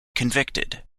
convicted